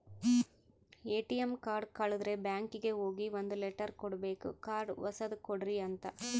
ATM card ಕಳುದ್ರೆ ಬ್ಯಾಂಕಿಗೆ ಹೋಗಿ ಒಂದ್ ಲೆಟರ್ ಕೊಡ್ಬೇಕು ಕಾರ್ಡ್ ಹೊಸದ ಕೊಡ್ರಿ ಅಂತ